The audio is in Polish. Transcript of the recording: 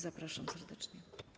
Zapraszam serdecznie.